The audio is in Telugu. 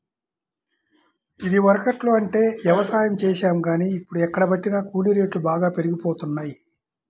ఇదివరకట్లో అంటే యవసాయం చేశాం గానీ, ఇప్పుడు ఎక్కడబట్టినా కూలీ రేట్లు బాగా పెరిగిపోతన్నయ్